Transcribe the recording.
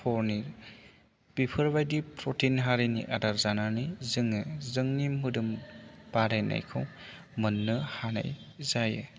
फनिर बेफोरबादि प्रतिन हारिनि आदार जानानै जोङो जोंनि मोदोम बारायनायखौ मोन्नो हानाय जायो